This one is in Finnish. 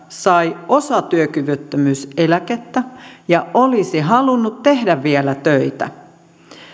sai osatyökyvyttömyyseläkettä ja olisi halunnut tehdä vielä töitä